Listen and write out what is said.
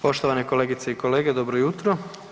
Poštovane kolegice i kolege, dobro jutro.